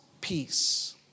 peace